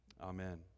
Amen